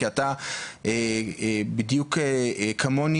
כי אתה בדיוק כמוני,